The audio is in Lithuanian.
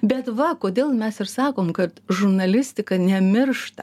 bet va kodėl mes ir sakom kad žurnalistika nemiršta